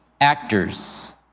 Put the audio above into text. actors